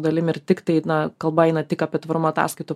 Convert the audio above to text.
dalim ir tiktai na kalba eina tik apie tvarumą ataskaitų